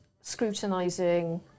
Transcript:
scrutinising